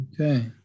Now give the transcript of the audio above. Okay